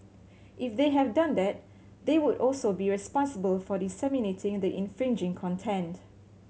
if they have done that they would also be responsible for disseminating the infringing content